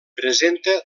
presenta